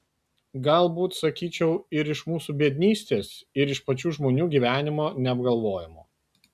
galbūt sakyčiau ir iš mūsų biednystės ir iš pačių žmonių gyvenimo neapgalvojimo